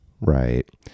right